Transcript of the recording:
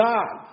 God